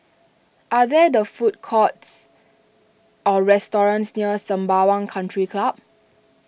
are there the food courts or restaurants near Sembawang Country Club